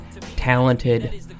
talented